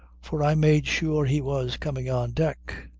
for i made sure he was coming on deck.